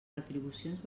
retribucions